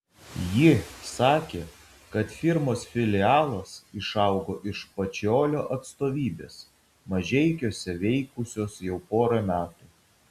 ji sakė kad firmos filialas išaugo iš pačiolio atstovybės mažeikiuose veikusios jau porą metų